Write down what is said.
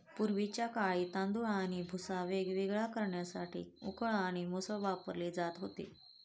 पूर्वीच्या काळी तांदूळ आणि भुसा वेगवेगळे करण्यासाठी उखळ आणि मुसळ वापरले जात होते